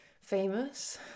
famous